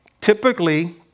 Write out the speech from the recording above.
Typically